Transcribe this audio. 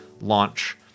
launch